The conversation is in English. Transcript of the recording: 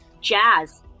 Jazz